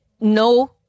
no-